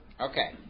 Okay